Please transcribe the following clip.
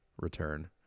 return